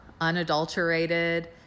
unadulterated